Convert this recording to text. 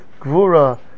Gvura